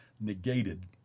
negated